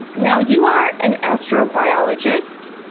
now, you are an astrobiologist?